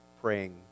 praying